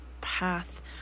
path